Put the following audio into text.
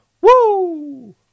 Woo